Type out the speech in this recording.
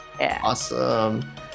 awesome